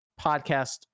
podcast